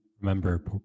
Remember